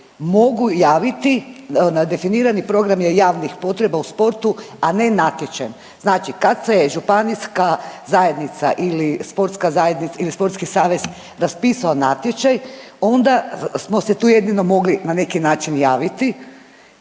mogu javiti na definirani program javnih potreba u sportu, a ne natječaj. Znači kad se je županijska zajednica ili sportska zajednica ili sportski savez raspisao natječaj onda smo se tu jedino mogli na neki način javiti,